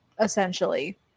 essentially